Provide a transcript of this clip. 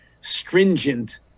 stringent